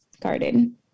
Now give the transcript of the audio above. garden